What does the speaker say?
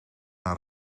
naar